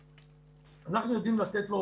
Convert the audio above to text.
אנחנו יודעים לתת לו,